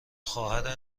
خواهر